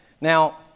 now